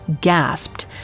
gasped